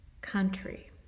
country